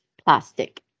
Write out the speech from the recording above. plastic